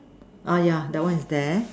ah yeah that one is there